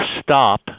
stop